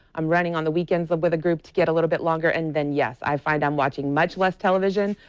i'm running on the weekends with a group to get a little bit longer and then, yes, i finds i'm watching much less television,